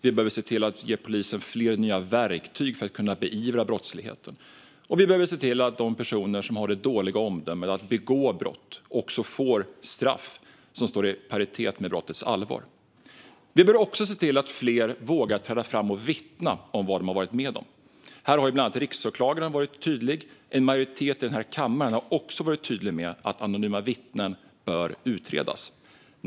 Vi behöver se till att ge polisen fler nya verktyg för att kunna beivra brottsligheten, och vi behöver se till att de personer som har det dåliga omdömet att begå brott också får straff som står i paritet med brottets allvar. Vi behöver också se till att fler vågar träda fram och vittna om vad de har varit med om. Här har bland andra riksåklagaren varit tydlig. En majoritet i den här kammaren har också varit tydlig med att frågan om anonyma vittnen bör utredas.